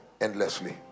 Endlessly